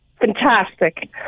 Fantastic